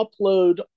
upload